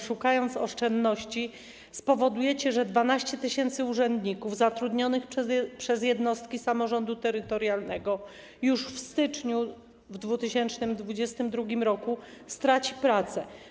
Szukając oszczędności, spowodujecie, że 12 tys. urzędników zatrudnionych przez jednostki samorządu terytorialnego już w styczniu w 2022 r. straci pracę.